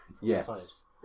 Yes